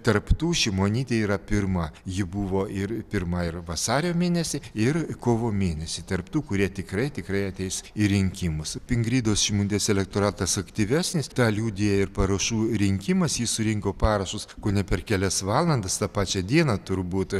tarp tų šimonytė yra pirma ji buvo ir pirma ir vasario mėnesį ir kovo mėnesį tarp tų kurie tikrai tikrai ateis į rinkimus ingridos šimonytės elektoratas aktyvesnis tą liudija ir parašų rinkimas ji surinko parašus kone per kelias valandas tą pačią dieną turbūt